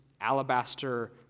alabaster